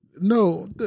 No